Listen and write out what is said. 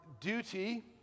duty